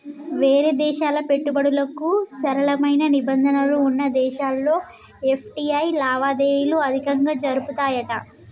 వేరే దేశాల పెట్టుబడులకు సరళమైన నిబంధనలు వున్న దేశాల్లో ఎఫ్.టి.ఐ లావాదేవీలు అధికంగా జరుపుతాయట